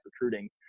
recruiting